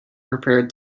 prepared